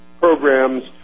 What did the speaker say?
programs